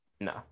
no